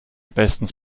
bestens